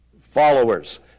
followers